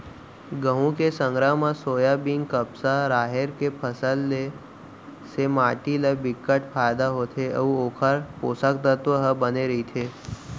गहूँ के संघरा म सोयाबीन, कपसा, राहेर के फसल ले से माटी ल बिकट फायदा होथे अउ ओखर पोसक तत्व ह बने रहिथे